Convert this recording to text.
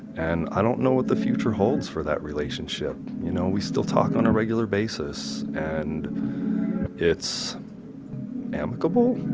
and i don't know what the future holds for that relationship. you know, we still talk on a regular basis, and it's amicable?